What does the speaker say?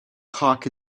cock